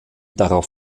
darauf